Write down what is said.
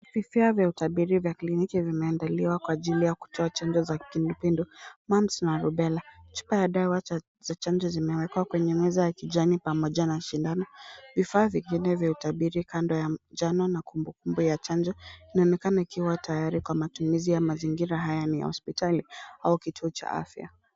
Hisia za kliniki zimeandaliwa kwa ajili ya kutoa chanjo za kipindupindu, mumps na rubela . Chupa ya dawa za chanjo zimewekwa kwenye meza ya kijani pamoja na sindano. Vifaa vingine vya utabiri kando ya chanjo na kumbukumbu ya chanjo vinaonekana ikiwa tayari kwa matumizi. Mazingira haya ni hospitali au kituo cha afya.